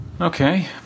Okay